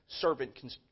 servant